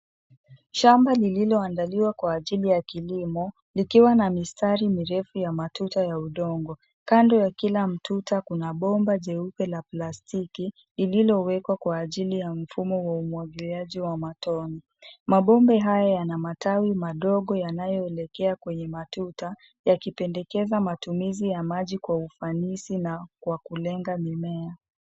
Shamba lililoandaliwa kwa ajili ya kilimo, likiwa na mistari mirefu ya matuta ya udongo. Kando ya kila mtuta kuna bomba jeupe la plastiki, lililowekwa kwa ajili ya mfumo wa umwagiliaji wa matone. Mabomba haya yana matawi madogo yanayoelekea kwenye matuta, yakipendekeza matumizi ya maji kwa ufanisi na kwa kulenga mimea.